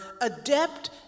adept